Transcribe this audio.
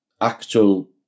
actual